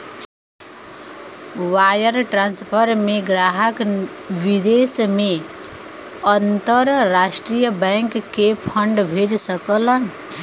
wire transfer में ग्राहक विदेश में अंतरराष्ट्रीय बैंक के फंड भेज सकलन